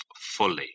fully